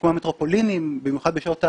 כמו המטרופולינים במיוחד בשעות העומס,